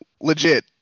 legit